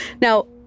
Now